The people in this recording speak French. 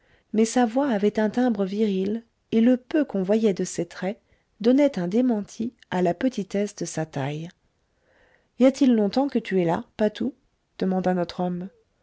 mais sa voix avait un timbre viril et le peu qu'on voyait de ses traits donnait un démenti à la petitesse de sa taille y a-t-il longtemps que tu es là patou demanda notre homme